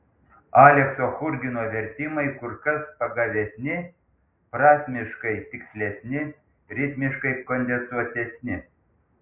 aleksio churgino vertimai kur kas pagavesni prasmiškai tikslesni ritmiškai kondensuotesni